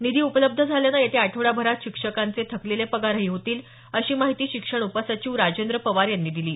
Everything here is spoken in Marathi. निधी उपलब्ध झाल्यानं येत्या आठवडाभरात शिक्षकांचे थकलेले पगारही होतील अशी माहिती शिक्षण उपसचिव राजेंद्र पवार यांनी दिली आहे